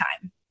time